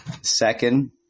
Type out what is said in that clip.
second